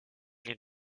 les